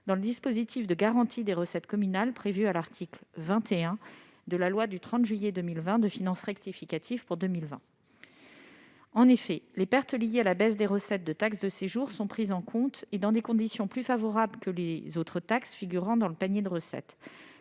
dans le dispositif de garantie des recettes communales prévu à l'article 21 de la loi du 30 juillet 2020 de finances rectificatives pour 2020. En effet, les pertes liées à la baisse des recettes de taxe de séjour sont prises en compte, et dans des conditions plus favorables que les autres taxes figurant dans le panier de recettes,